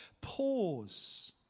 Pause